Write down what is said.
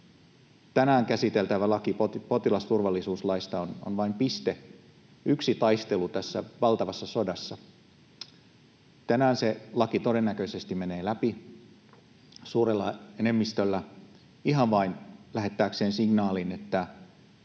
Tänään käsiteltävä esitys potilasturvallisuuslaista on vain piste, yksi taistelu tässä valtavassa sodassa. Tänään se laki todennäköisesti menee läpi suurella enemmistöllä ihan vain lähettääkseen signaalin, että